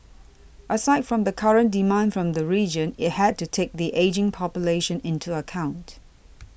aside from the current demand from the region it had to take the ageing population into account